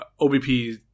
OBP